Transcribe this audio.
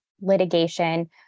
litigation